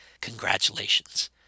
Congratulations